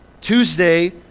Tuesday